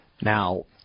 Now